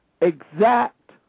exact